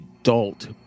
adult